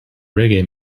reggae